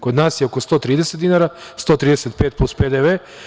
Kod nas je oko 130 dinara, 135 plus PDV.